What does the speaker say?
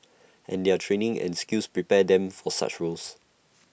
and their training and skills prepare them for such roles